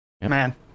man